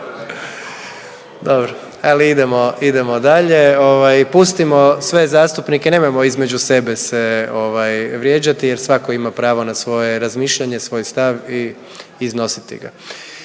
Dobro, ali idemo, idemo dalje, ovaj pustimo sve zastupnike, nemojmo između sebe se ovaj vrijeđati jer svako ima pravo na svoje razmišljanje i svoj stav i iznositi ga.